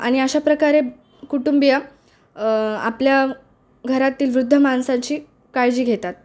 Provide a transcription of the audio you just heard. आणि अशा प्रकारे कुटुंबीय आपल्या घरातील वृद्ध माणसाची काळजी घेतात